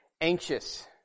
anxious